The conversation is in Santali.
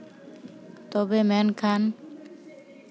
ᱛᱚᱵᱮ ᱢᱮᱱᱠᱷᱟᱱ